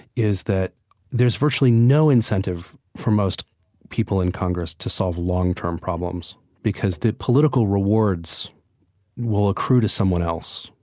is that there's virtually no incentive for most people in congress to solve long-term problems because the political rewards will accrue to someone else.